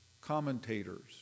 commentators